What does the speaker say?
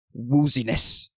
wooziness